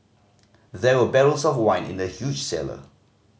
there were barrels of wine in the huge cellar